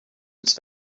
its